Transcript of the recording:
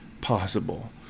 possible